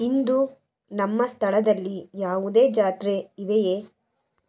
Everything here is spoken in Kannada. ಇಂದು ನಮ್ಮ ಸ್ಥಳದಲ್ಲಿ ಯಾವುದೇ ಜಾತ್ರೆ ಇವೆಯೇ